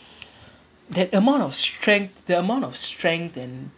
that amount of strength the amount of strength and